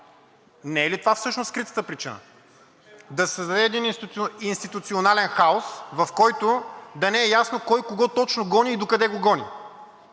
не е ли това всъщност скритата причина – да се създаде един институционален хаос, в който да не е ясно кой кого точно гони и докъде го гони.